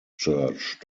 church